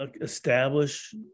establish